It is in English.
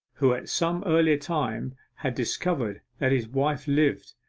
who at some earlier time had discovered that his wife lived,